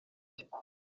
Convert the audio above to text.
cye